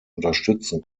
unterstützen